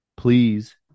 Please